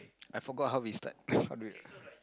I forgot how he start how do you